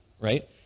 right